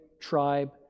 tribe